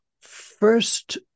First